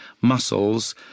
muscles